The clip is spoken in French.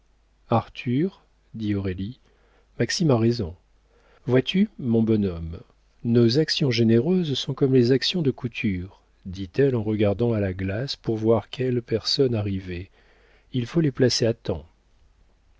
arthur dit aurélie maxime a raison vois-tu mon bon homme nos actions généreuses sont comme les actions de couture dit-elle en regardant à la glace pour voir quelle personne arrivait il faut les placer à temps